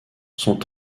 sont